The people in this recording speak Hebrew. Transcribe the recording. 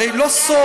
הרי לא סוד,